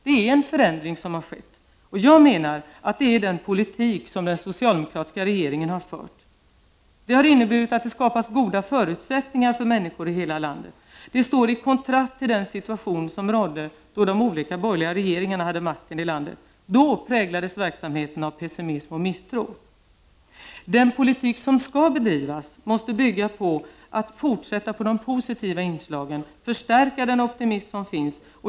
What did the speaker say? Det är en förändring som har skett. Och jag menar att det är den politik som den socialdemokratska regeringen har fört. Den har inneburit att det skapats goda förutsättningar för människor i hela landet. Det står i kontrast till den situation som rådde då de olika borgerliga regeringarna hade makten i landet. Då präglades verksamheten av pessimism och misstro. Den politik som skall bedrivas måste bygga på att vi skall fortsätta med de positiva inslagen, förstärka den optimism som finns.